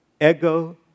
Ego